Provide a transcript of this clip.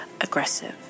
aggressive